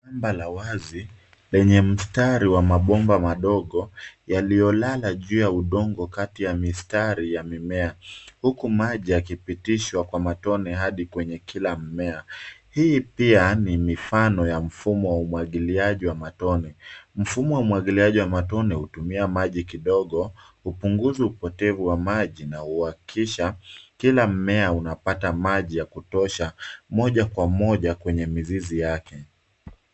Shamba la wazi lenye mstari wa mabomba madogo yaliyo lala juu ya udongo kati ya mistari ya mimea, huku maji yakipitishwa kwa matone hadi kwenye kila mmea. Hii pia ni mifano ya mfumo wa umwagiliaji wa matone. Mfumo wa umwagiliaji wa matone hutumia maji kidogo, hupunguza upotevu wa maji na huhakikisha kila mmea unapata maji ya kutosha, moja kwa moja kwenye mizizi yake.